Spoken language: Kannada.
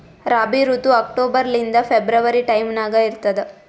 ರಾಬಿ ಋತು ಅಕ್ಟೋಬರ್ ಲಿಂದ ಫೆಬ್ರವರಿ ಟೈಮ್ ನಾಗ ಇರ್ತದ